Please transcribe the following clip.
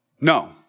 No